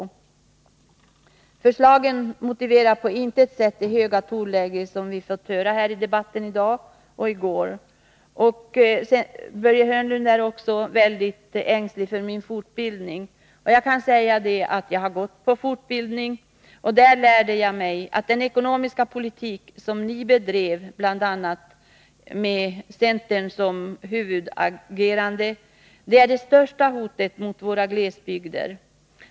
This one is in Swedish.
Centerns förslag motiverar på intet sätt det höga tonläge som vi fått höra i debatten i dag och i går. Börje Hörnlund oroade sig för min fortbildning, men jag vill säga att jag har genomgått fortbildning, och där lärde jag mig att den ekonomiska politik som de borgerliga regeringarna bedrev med centern som huvudagerande innebar ett allvarligt hot mot våra glesbygder.